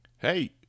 Hey